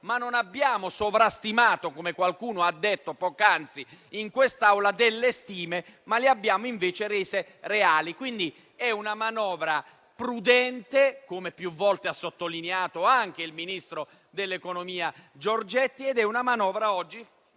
non abbiamo sovrastimato, come qualcuno ha detto poc'anzi in quest'Aula, delle stime; le abbiamo invece rese reali. Quindi è una manovra prudente, come più volte ha sottolineato anche il ministro dell'economia e delle finanze